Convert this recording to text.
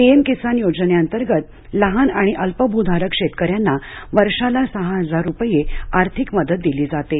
PM Kisan योजनेअंतर्गत लहान आणि अल्पभूधारक शेतकऱ्यांना वर्षाला सहा हजार रुपये आर्थिक मदत दिली जाते